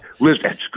Listen